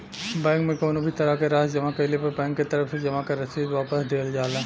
bank में कउनो भी तरह क राशि जमा कइले पर बैंक के तरफ से जमा क रसीद वापस दिहल जाला